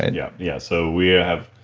and yeah yeah so we have.